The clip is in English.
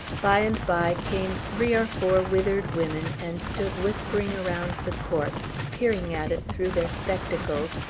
by and by came three or four withered women and stood whispering around the corpse, peering at it through their spectacles,